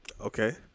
Okay